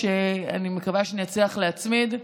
שאני מקווה שאצליח להצמיד.